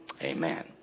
amen